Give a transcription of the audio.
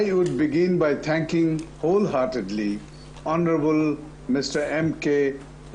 הייתי רוצה להתחיל בלהודות בלב שלם ליושב-הראש ועדת